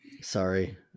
Sorry